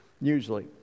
usually